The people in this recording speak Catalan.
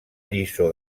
lliçó